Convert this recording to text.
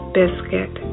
biscuit